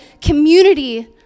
community